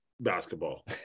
basketball